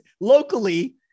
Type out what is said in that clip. locally